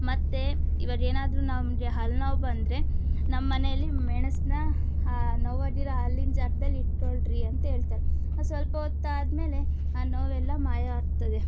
ಮತ್ತೆ ಇವಾಗ ಏನಾದರು ನಮಗೆ ಹಲ್ಲು ನೋವು ಬಂದರೆ ನಮ್ಮನೇಲಿ ಮೆಣಸನ್ನ ಆ ನೋವಾಗಿರೊ ಹಲ್ಲಿನ್ ಜಾಗ್ದಲ್ಲಿ ಇಟ್ಟುಕೊಳ್ರಿ ಅಂತ ಹೇಳ್ತಾರೆ ಅದು ಸ್ವಲ್ಪ ಹೊತ್ ಆದಮೇಲೆ ಆ ನೋವೆಲ್ಲ ಮಾಯವಾಗ್ತದೆ